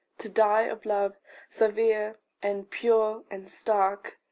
to die of love severe and pure and stark,